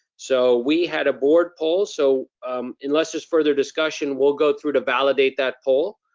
so we had a board poll, so unless there's further discussion, we'll go through to validate that poll.